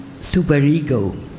superego